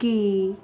ਕੀ